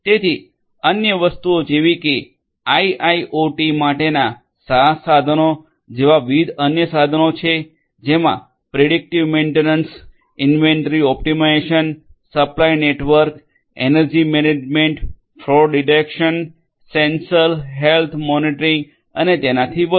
તેથી અન્ય વસ્તુઓ જેવી કે આઇઆઇઓટી માટેના સાસ સાધનો જેવા વિવિધ અન્ય સાધનો છે જેમાં predictive maintenance inventory optimization supply network energy management fraud detection sensor health monitoring અને તેનાથી વધુ